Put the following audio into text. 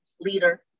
leader